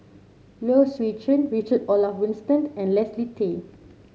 Low Swee Chen Richard Olaf Winstedt and Leslie Tay